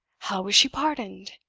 how was she pardoned?